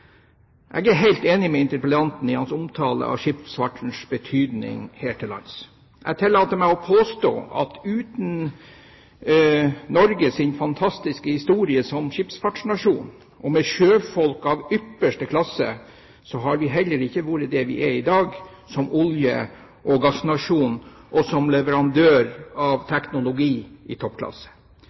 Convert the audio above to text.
Jeg er helt enig med interpellanten i hans omtale av skipsfartens betydning her til lands. Jeg tillater meg å påstå at uten Norges fantastiske historie som skipsfartsnasjon, og med sjøfolk av ypperste klasse, hadde vi heller ikke vært der vi er i dag, som olje- og gassnasjon, og som leverandør av teknologi i toppklasse.